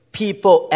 people